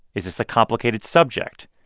is this a complicated subject?